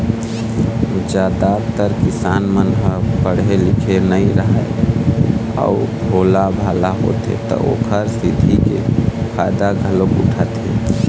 जादातर किसान मन ह पड़हे लिखे नइ राहय अउ भोलाभाला होथे त ओखर सिधई के फायदा घलोक उठाथें